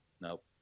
Nope